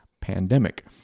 Pandemic